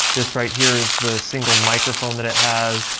this right here is the single microphone that it has,